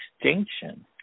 extinction